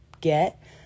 get